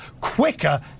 quicker